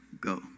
go